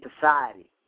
society